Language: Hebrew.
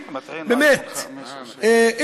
באמת,